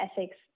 ethics